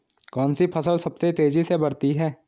कौनसी फसल सबसे तेज़ी से बढ़ती है?